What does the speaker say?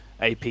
AP